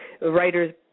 writers